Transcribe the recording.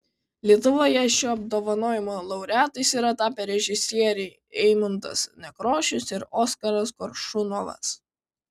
lietuvoje šio apdovanojimo laureatais yra tapę režisieriai eimuntas nekrošius ir oskaras koršunovas